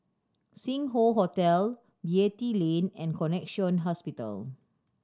Sing Hoe Hotel Beatty Lane and Connexion Hospital